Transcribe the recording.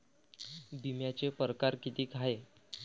बिम्याचे परकार कितीक हाय?